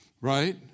Right